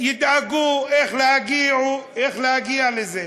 שידאגו איך להגיע לזה.